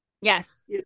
Yes